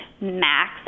max